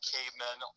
Cavemen